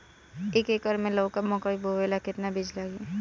एक एकर मे लौका मकई बोवे ला कितना बिज लागी?